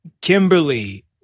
Kimberly